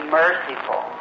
merciful